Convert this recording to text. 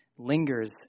lingers